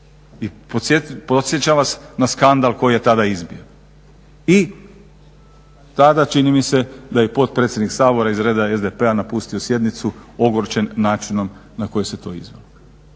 I podsjećam vas na skandal koji je tada izbio. I tada čini mi se da je i potpredsjednik Sabora iz reda SDP-a napustio sjednicu ogorčen načinom na koji se to izvelo.